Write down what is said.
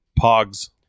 Pogs